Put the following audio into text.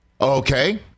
Okay